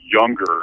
younger